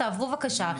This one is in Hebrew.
תעברו בבקשה,